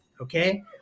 Okay